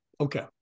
Okay